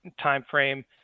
timeframe